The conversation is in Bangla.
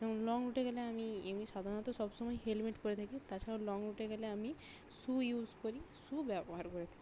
যেমন লং রুটে গেলে আমি এমনি সাধারণত সব সময় হেলমেট পরে থাকি তাছাড়াও লং রুটে গেলে আমি শু ইউজ করি শু ব্যবহার করে থাকি